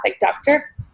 doctor